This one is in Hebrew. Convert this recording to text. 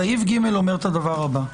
סעיף (ג) אומר את הדבר הבא: